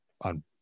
on